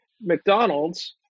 mcdonald's